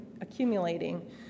accumulating